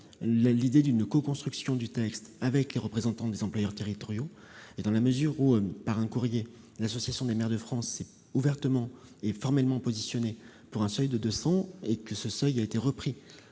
l'idée d'une coconstruction du texte avec les représentants des employeurs territoriaux. Dans la mesure où, par courrier, l'Association des maires de France a ouvertement et formellement pris position pour le seuil de deux cents ETP et que celui-ci a été repris